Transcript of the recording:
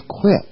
quit